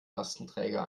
lastenträger